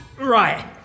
Right